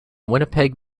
winnipeg